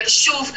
אבל שוב,